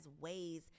ways